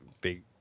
big